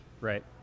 Right